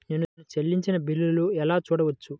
నేను చెల్లించిన బిల్లు ఎలా చూడవచ్చు?